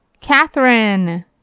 Catherine